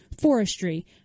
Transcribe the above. forestry